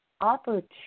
opportunity